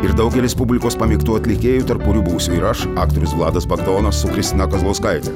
ir daugelis publikos pamėgtų atlikėjų tarp kurių būsiu ir aš aktorius vladas bagdonas su kristina kazlauskaite